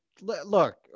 look